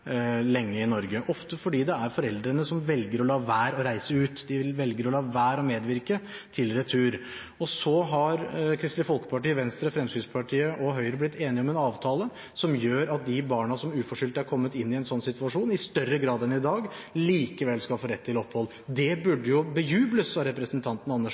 lenge i Norge – ofte fordi foreldrene velger å la være å reise ut. De velger å la være å medvirke til retur. Så har Kristelig Folkeparti, Venstre, Fremskrittspartiet og Høyre blitt enige om en avtale som gjør at de barna som uforskyldt har kommet inn i en sånn situasjon, i større grad enn i dag likevel skal få rett til opphold. Det burde bejubles av representanten Andersen,